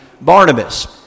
Barnabas